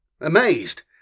Amazed